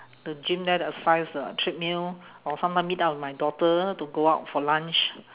the gym there to exercise the treadmill or sometime meet up with my daughter to go out for lunch